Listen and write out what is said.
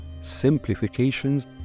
simplifications